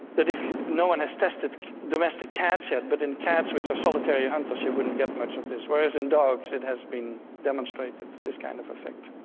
that if, no one has tested domestic cats yet, but in cats, which are solitary hunters, you wouldn't get much of this, whereas in dogs it has been demonstrated, this kind of effect.